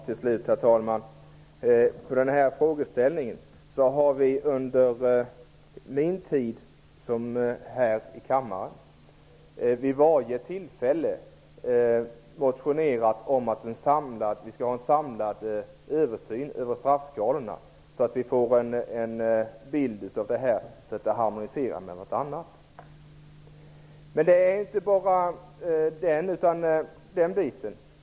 Herr talman! I den här frågan har vi under min tid som ledamot i kammaren vid varje tillfälle motionerat om en samlad översyn av straffskalorna så att vi får en bild av det hela, och så att de harmoniserar med varandra. Men det är inte bara fråga om detta.